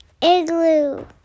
Igloo